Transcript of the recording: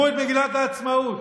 תקראו את מגילת העצמאות,